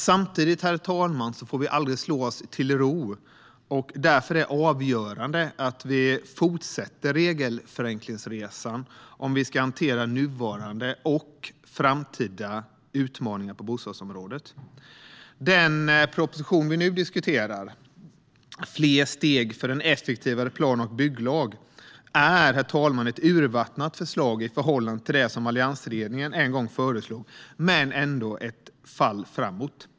Samtidigt, herr talman, får vi aldrig slå oss till ro. Därför är det avgörande att vi fortsätter regelförenklingsresan om vi ska hantera nuvarande och framtida utmaningar på bostadsområdet. Herr talman! Den proposition som vi nu diskuterar, Fler steg för en effektivare plan och bygglag , är ett urvattnat förslag i förhållande till det som alliansregeringen en gång lade fram, men det är ändå ett fall framåt.